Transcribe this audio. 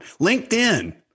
LinkedIn